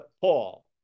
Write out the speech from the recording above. Paul